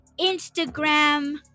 Instagram